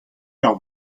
hor